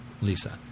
Lisa